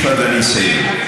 אני לא מצפה ממך שתהיה בקואליציה.